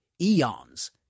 EONS